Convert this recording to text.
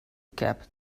cab